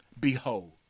Behold